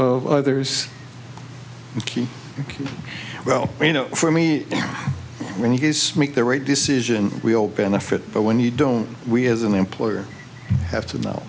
of others well you know for me when he's make the right decision we all benefit but when you don't we as an employer have to know